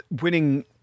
Winning